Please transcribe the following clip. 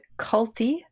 culty